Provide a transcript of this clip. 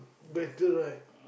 better right